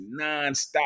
nonstop